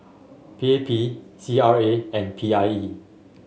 P A P C R A and P R E